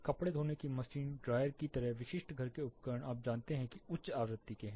कपड़े धोने की मशीन ड्रायर की तरह विशिष्ट घर के उपकरण आप जानते हैं कि उच्च आवृत्ति के है